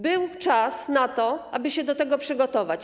Był czas na to, aby się do tego przygotować.